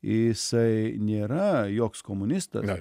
jisai nėra joks komunistas